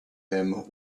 him